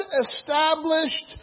established